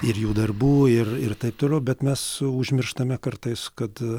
ir jų darbų ir ir taip toliau bet mes užmirštame kartais kad